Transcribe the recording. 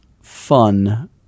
fun